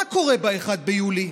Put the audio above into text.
מה קורה ב-1 ביולי?